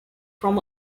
from